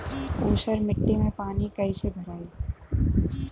ऊसर मिट्टी में पानी कईसे भराई?